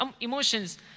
emotions